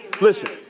Listen